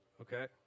Okay